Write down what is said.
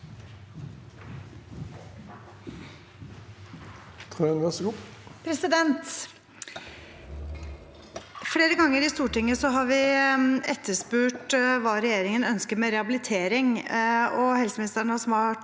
Flere gang- er i Stortinget har vi etterspurt hva regjeringen ønsker med rehabilitering, og helseministeren har svart